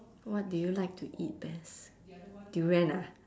what do you like to eat best durian ah